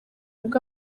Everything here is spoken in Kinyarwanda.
ubwo